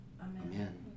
Amen